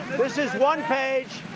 this is one page.